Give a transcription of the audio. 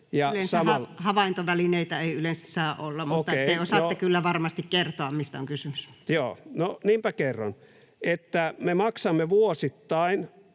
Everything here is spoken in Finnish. Kiitos. Havaintovälineitä ei yleensä saa olla, mutta te osaatte kyllä varmasti kertoa, mistä on kysymys. Edustaja Viitanen. Kiitos, arvoisa